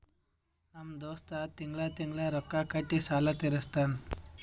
ನಮ್ ದೋಸ್ತ ತಿಂಗಳಾ ತಿಂಗಳಾ ರೊಕ್ಕಾ ಕೊಟ್ಟಿ ಸಾಲ ತೀರಸ್ತಾನ್